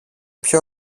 πιο